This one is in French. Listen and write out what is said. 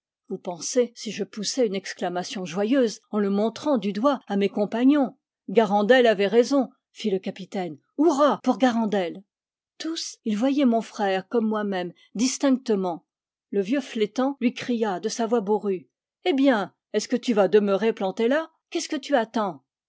vous pensez si je poussai une exclamation joyeuse en le montrant du doigt à mes compagnons garandel avait raison fit le capitaine hourra pour garandel tous ils voyaient mon frère comme moi-même distinctement le c vieux flétan t lui cria de sa voix bourrue eh bien est-ce que tu vas demeurer planté là qu'est-ce que tu attends